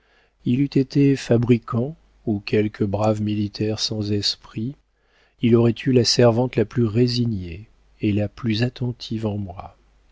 il eût été fabricant ou quelque brave militaire sans esprit il aurait eu la servante la plus résignée et la plus attentive en moi